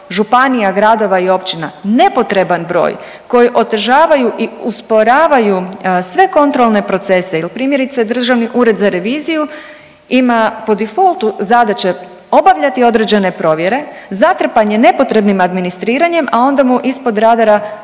županija, gradova i općina, nepotreban broj koji otežavaju i usporavaju sve kontrolne procese jel primjerice Državni ured za reviziju ima po difoltu zadaće obavljati određene provjere, zatrpan je nepotrebnim administriranjem, a onda mu ispod radara